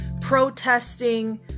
protesting